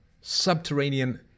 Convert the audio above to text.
subterranean